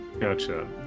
Gotcha